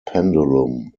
pendulum